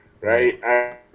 right